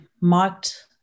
marked